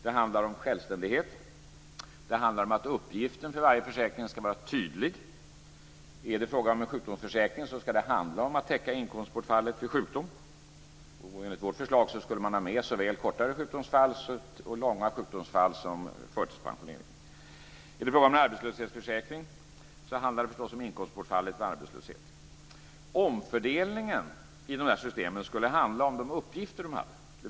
Det handlar om självständighet. Det handlar om att uppgiften för varje försäkring ska vara tydlig. Är det fråga om en sjukvårdsförsäkring ska det handla om att täcka inkomstbortfallet vid sjukdom. Enligt vårt förslag skulle man ha med såväl långa och kortare sjukdomsfall som förtidspensionering. Är det fråga om arbetslöshetsförsäkring handlar det förstås om inkomstbortfallet vid arbetslöshet. Omfördelningen i de här systemen skulle handla om de uppgifter de hade.